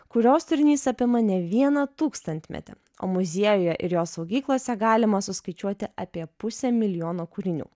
kurios turinys apima ne vieną tūkstantmetį o muziejuje ir jo saugyklose galima suskaičiuoti apie pusę milijono kūrinių